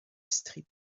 strip